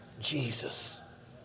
Jesus